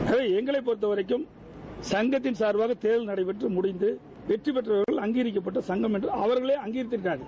எனவே எங்களை பொறுத்தவரைக்கும் சங்கத்தின் சார்பாக தேர்தல் நடைபெற்று முடிந்து வெற்றி பெற்றவர்கள் அங்கீகரிக்கப்பட்ட சங்கம் என்று அவர்களே அறிவித்துள்ளனர்